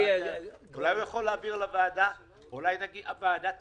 אולי הוא יכול להעביר לוועדה והוועדה תגיש?